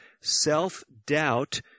Self-Doubt